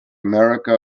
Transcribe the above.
america